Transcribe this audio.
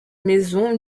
maison